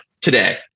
today